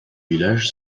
village